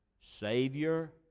Savior